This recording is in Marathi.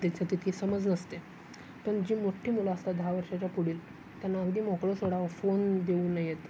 त्यांची तितकी समज नसते पण जी मोठी मुलं असतात दहा वर्षांच्या पुढील त्यांना अगदी मोकळं सोडा फोन देऊ नयेत